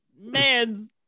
man's